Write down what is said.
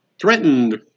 threatened